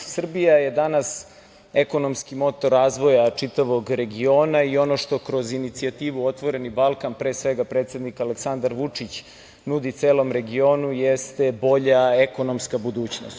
Srbija je danas ekonomski motor razvoja čitavog regiona i ono što kroz inicijativu „Otvoreni Balkan“ pre svega predsednik Aleksandar Vučić nudi celom regionu jeste bolja ekonomska budućnost.